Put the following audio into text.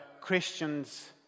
Christian's